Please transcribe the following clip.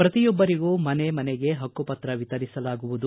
ಪ್ರತಿಯೆಬ್ಬರಿಗೂ ಮನೆ ಮನೆಗೆ ಹಕ್ಕುಪತ್ರ ತಲುಪಿಸಲಾಗುವುದು